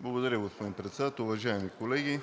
Благодаря, господин Председател. Уважаеми колеги!